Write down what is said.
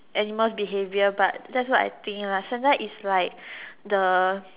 animal's behaviour but that's what I think lah Santa is like the